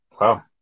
Wow